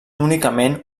únicament